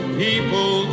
people